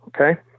Okay